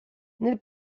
nel